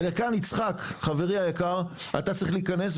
ולכאן יצחק, חברי היקר, אתה צריך להיכנס.